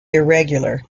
irregular